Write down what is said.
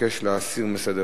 מבקש להסיר מסדר-היום.